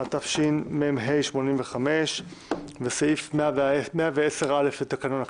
התשמ"ה-1985 וסעיף 110(א) לתקנון הכ